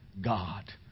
God